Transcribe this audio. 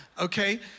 okay